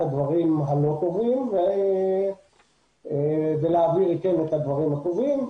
הדברים הלא טובים ולהעביר אתם את הדברים הטובים.